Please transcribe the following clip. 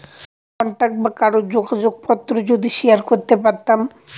contact বা কারোর যোগাযোগ পত্র যদি শেয়ার করতে পারতাম